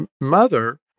mother